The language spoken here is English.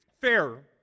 fair